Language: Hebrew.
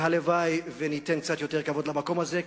והלוואי שניתן קצת יותר כבוד למקום הזה,